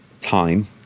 time